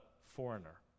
foreigner